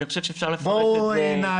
אני חושב שאפשר לפרש את זה: בא איתו ב-